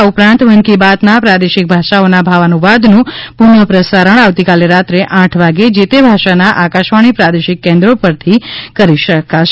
આ ઉપરાંત મન કી બાતના પ્રાદેશિક ભાષાઓના ભાવાનુવાદનું પુનઃ પ્રસારણ આવતીકાલે રાત્રે આઠ વાગે જે તે ભાષાના આકાશવાણીની પ્રાદેશિક કેન્દ્રો પરથી થશે